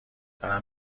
دارم